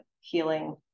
healing